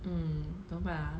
mm 怎么办 ah